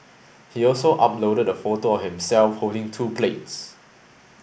he also uploaded a photo himself holding two plates